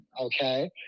okay